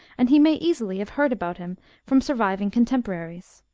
and he may easily have heard about him from surviving contemporaries.